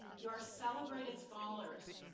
you are celebrated scholars.